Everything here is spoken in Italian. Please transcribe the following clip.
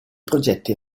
progetti